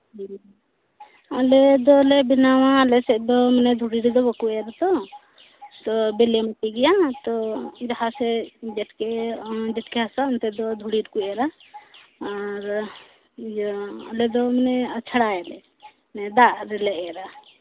ᱦᱮᱸ ᱟᱞᱮ ᱫᱚᱞᱮ ᱵᱮᱱᱟᱣᱟ ᱟᱞᱮ ᱥᱮᱫ ᱫᱚ ᱢᱟᱱᱮ ᱫᱷᱩᱲᱤ ᱨᱮᱫᱚ ᱵᱟᱠᱚ ᱮᱨᱟ ᱛᱚ ᱛᱚ ᱵᱮᱞᱮ ᱢᱟᱴᱤ ᱜᱮᱭᱟ ᱛᱚ ᱡᱟᱦᱟᱸ ᱥᱮᱫ ᱡᱟᱛᱮ ᱡᱮᱨᱠᱮ ᱡᱮᱨᱠᱮ ᱦᱟᱥᱟ ᱚᱱᱛᱮ ᱫᱚ ᱫᱷᱩᱲᱤ ᱨᱮᱠᱚ ᱮᱨᱟ ᱟᱨ ᱤᱭᱟᱹ ᱟᱞᱮ ᱫᱚ ᱢᱟᱱᱮ ᱟᱪᱷᱲᱟᱭᱟᱞᱮ ᱫᱟᱜ ᱨᱮᱞᱮ ᱮᱨᱟ